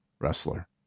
wrestler